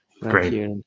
Great